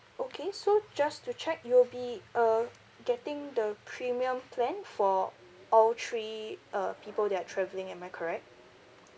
okay so just to check you'll be uh getting the premium plan for all three uh people that are travelling am I correct